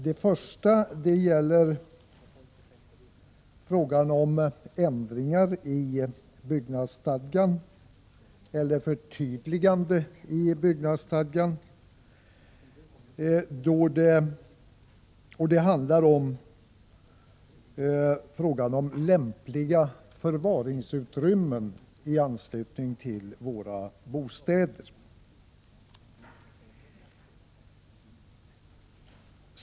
Det första gäller ändringar i byggnadsstadgan eller förtydliganden av byggnadsstadgan och det handlar om lämpliga förvaringsutrymmen i anslutning till våra bostäder.